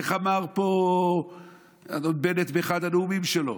איך אמר פה אדון בנט באחד הנאומים שלו?